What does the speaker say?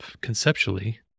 conceptually